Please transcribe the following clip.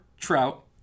Trout